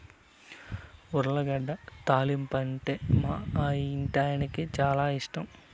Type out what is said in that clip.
ఉర్లగడ్డ తాలింపంటే మా ఇంటాయనకి చాలా ఇష్టం